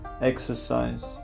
exercise